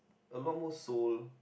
a lot more soul